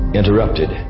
interrupted